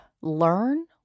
learn